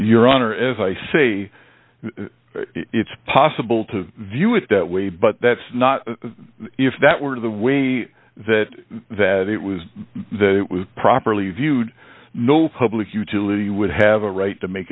your honor as i say it's possible to view it that way but that's not if that were the way that that it was that it was properly viewed no public utility would have a right to make